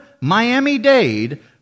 Miami-Dade